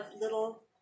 little